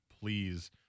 please